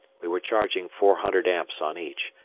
we were charging four hundred amps on each,